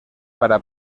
para